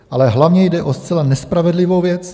Ale hlavně jde o zcela nespravedlivou věc.